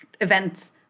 events